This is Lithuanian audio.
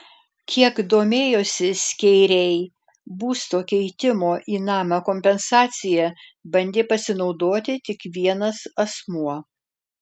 kiek domėjosi skeiriai būsto keitimo į namą kompensacija bandė pasinaudoti tik vienas asmuo